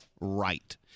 right